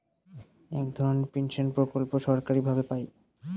এক ধরনের পেনশন প্রকল্প সরকারি ভাবে পাই